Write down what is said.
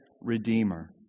Redeemer